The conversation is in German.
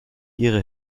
ihre